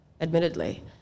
admittedly